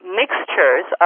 mixtures